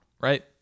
right